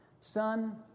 Son